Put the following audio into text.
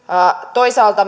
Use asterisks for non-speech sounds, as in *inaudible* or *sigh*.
toisaalta *unintelligible*